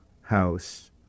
house